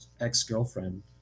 Ex-Girlfriend